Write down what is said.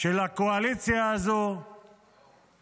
של הקואליציה הזו